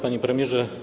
Panie Premierze!